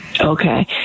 Okay